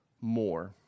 more